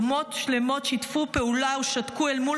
אומות שלמות שיתפו פעולה או שתקו אל מול